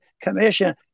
commission